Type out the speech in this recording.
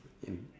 in